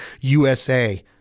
USA